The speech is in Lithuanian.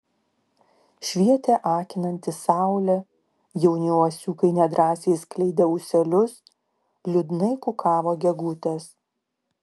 švietė akinanti saulė jauni uosiukai nedrąsiai skleidė ūselius liūdnai kukavo gegutės